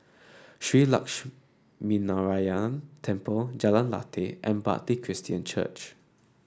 Shree Lakshminarayanan Temple Jalan Lateh and Bartley Christian Church